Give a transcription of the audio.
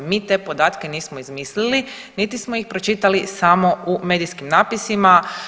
Mi te podatke nismo izmislili, niti smo ih pročitali samo u medijskim napisima.